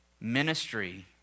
Ministry